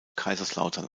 kaiserslautern